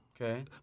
Okay